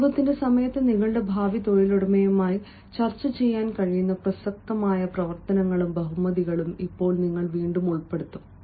അഭിമുഖത്തിന്റെ സമയത്ത് നിങ്ങളുടെ ഭാവി തൊഴിലുടമയുമായി ചർച്ച ചെയ്യാൻ കഴിയുന്ന പ്രസക്തമായ പ്രവർത്തനങ്ങളും ബഹുമതികളും ഇപ്പോൾ നിങ്ങൾ വീണ്ടും ഉൾപ്പെടുത്തും